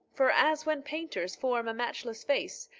for, as when painters form a matchless face,